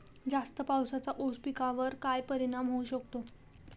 जास्त पावसाचा ऊस पिकावर काय परिणाम होऊ शकतो?